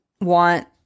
want